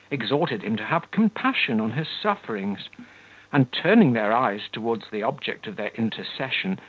exhorted him to have compassion on her sufferings and, turning their eyes towards the object of their intercession,